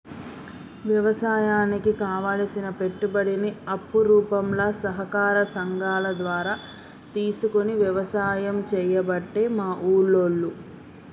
వ్యవసాయానికి కావలసిన పెట్టుబడిని అప్పు రూపంల సహకార సంగాల ద్వారా తీసుకొని వ్యసాయం చేయబట్టే మా ఉల్లోళ్ళు